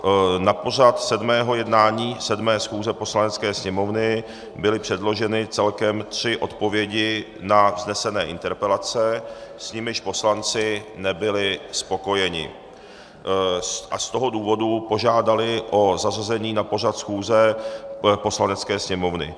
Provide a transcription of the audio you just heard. Na pořad jednání 7. schůze Poslanecké sněmovny byly předloženy celkem tři odpovědi na vznesené interpelace, s nimiž poslanci nebyli spokojeni, a z toho důvodu požádali o zařazení na pořad schůze Poslanecké sněmovny.